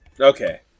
okay